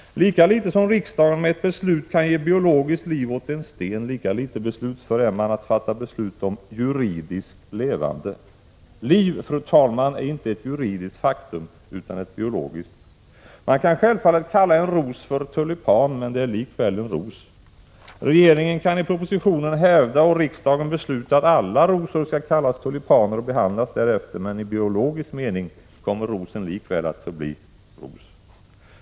Lika litet som riksdagen med ett beslut kan ge biologiskt liv åt en sten, lika litet beslutsför är man när det gäller att fatta beslut om ”juridiskt levande”. Liv, fru talman, är inte ett juridiskt faktum utan ett biologiskt! Man kan självfallet kalla en ros för tulipan, men det är likväl en ros. Regeringen kan i proposition hävda och riksdagen besluta att alla rosor skall kallas tulipaner och behandlas därefter. Men i biologisk mening kommer rosen likväl att förbli ros.